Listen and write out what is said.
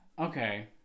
Okay